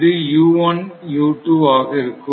இது ஆக இருக்கும்